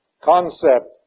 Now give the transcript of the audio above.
concept